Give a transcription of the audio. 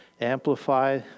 amplify